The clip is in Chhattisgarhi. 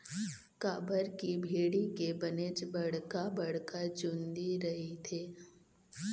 काबर की भेड़ी के बनेच बड़का बड़का चुंदी रहिथे